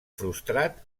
frustrat